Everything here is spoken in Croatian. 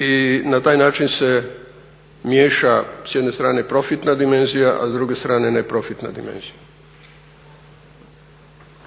i na taj način se miješa s jedne strane profitna dimenzija, a s druge strane neprofitna dimenzija.